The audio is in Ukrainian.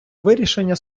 вирішення